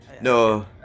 No